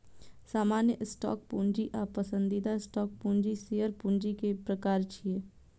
सामान्य स्टॉक पूंजी आ पसंदीदा स्टॉक पूंजी शेयर पूंजी के प्रकार छियै